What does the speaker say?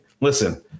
listen